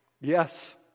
yes